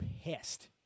pissed